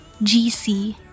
GC